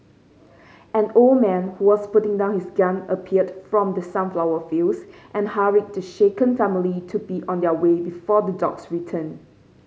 an old man who was putting down his gun appeared from the sunflower fields and hurried the shaken family to be on their way before the dogs return